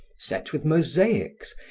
set with mosaics,